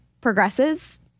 progresses